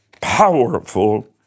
powerful